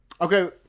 Okay